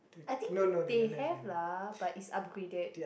I think they have lah but it's upgraded